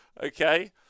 Okay